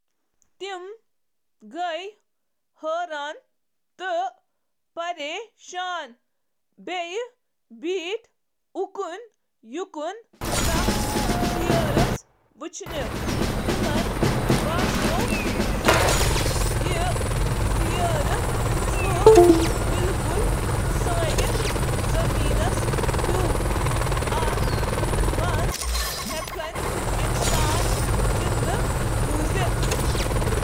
تِم گٔیہٕ پریشان ۔ تہٕ یتہٕ تہٕ تتہٕ بیوٹھ تہٕ اکھ سیر وُچھو تہٕ سونچ زِ یہٕ چُھ سانہٕ سرزمینس سۭتۍ ملان تہٕ انسان ہیکہٕ یتہٕ روزتھ۔